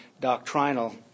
doctrinal